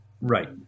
Right